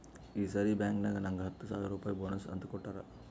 ಈ ಸರಿ ಬ್ಯಾಂಕ್ನಾಗ್ ನಂಗ್ ಹತ್ತ ಸಾವಿರ್ ರುಪಾಯಿ ಬೋನಸ್ ಅಂತ್ ಕೊಟ್ಟಾರ್